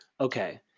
Okay